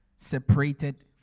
separated